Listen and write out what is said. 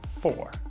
four